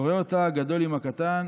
קורא אותה גדול עם הקטן,